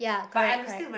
correct correct